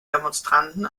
demonstranten